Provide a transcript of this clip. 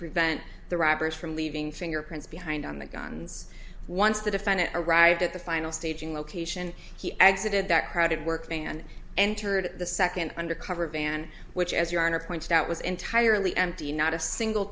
prevent the robbers from leaving fingerprints behind on the guns once the defendant arrived at the final staging location he exited that crowded work and entered the second undercover van which as your honor pointed out was entirely empty not a single